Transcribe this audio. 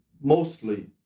mostly